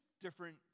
different